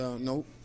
Nope